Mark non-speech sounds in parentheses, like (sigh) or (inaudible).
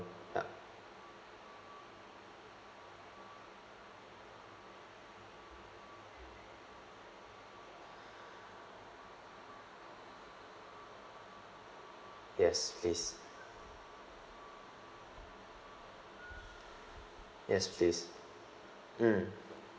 ah (breath) yes please yes please mm